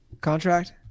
contract